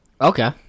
Okay